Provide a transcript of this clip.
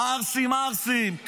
ערסים ערסים.